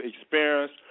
experience